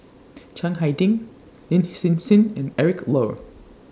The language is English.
Chiang Hai Ding Lin Hsin Hsin and Eric Low